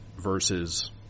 versus